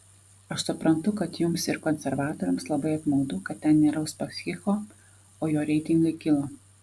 aš suprantu kad jums ir konservatoriams labai apmaudu kad ten nėra uspaskicho o jo reitingai kilo